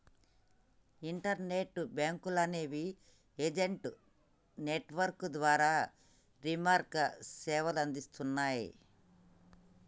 internet బ్యేంకులనేవి agent network ద్వారా రిమోట్గా సేవలనందిస్తన్నయ్